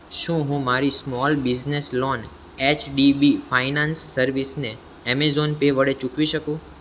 શું હું મારી small business loan H D B finance સર્વિસને એમેઝોન પે વડે ચૂકવી શકું